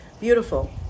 Beautiful